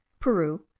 Peru